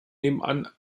nebenan